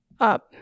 Up